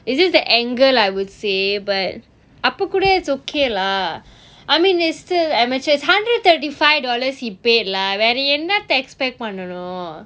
it's just the angle I would say but அப்போ கூட :apo kuda it's okay lah I mean is still amateur is hundred and thirty five dollars he paid lah வேற என்னத்த :vera ennatha expect பண்ணனும் :pannanum